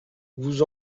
vous